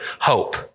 hope